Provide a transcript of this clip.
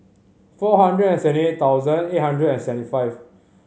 four hundred and seventy eight thousand eight hundred and seventy five